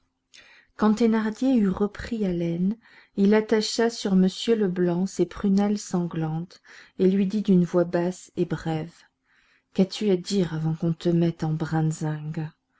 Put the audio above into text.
quand thénardier eut repris haleine il attacha sur m leblanc ses prunelles sanglantes et lui dit d'une voix basse et brève qu'as-tu à dire avant qu'on te mette en